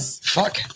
Fuck